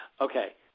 Okay